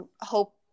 hope